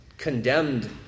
condemned